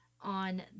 on